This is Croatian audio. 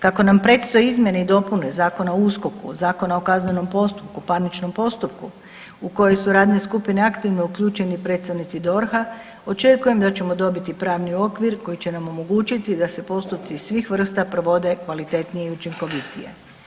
Kako nam predstoje izmjene i dopune Zakona o USKOK-u, Zakona o kaznenom postupku, parničnom postupku u kojem su radne skupine aktivno uključeni predstavnici DORH-a, očekujem da ćemo dobiti pravni okvir koji će nam omogućiti da se postupci svih vrsta provode kvalitetnije i učinkovitije.